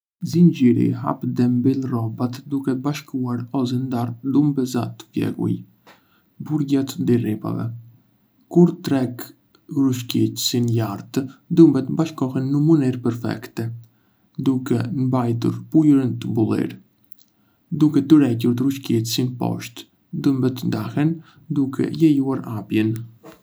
Zinxhiri hap dhe mbyll rrobat duke bashkuar ose ndarë dhëmbëza të vegjël përgjatë dy rripave. Kur tërheq rrëshqitësin lart, dhëmbët bashkohen në mënyrë perfekte, duke mbajtur pëlhurën të mbyllur. Duke tërhequr rrëshqitësin poshtë, dhëmbët ndahen, duke lejuar hapjen.